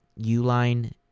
Uline